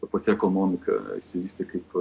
ta pati ekonomika nesivystė kaip